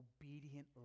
obedient